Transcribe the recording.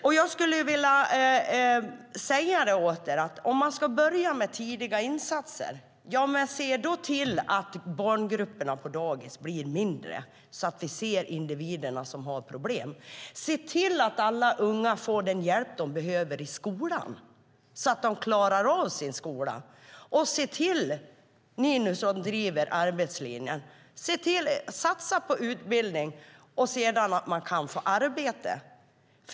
Om man ska börja med tidiga insatser skulle jag vilja säga till er: Se till att barngrupperna på dagis blir mindre så att vi ser individerna som har problem! Se till att alla unga får den hjälp de behöver i skolan så att de klarar av den! Se till att ni som driver arbetslinjen satsar på utbildning så att man sedan kan få arbete!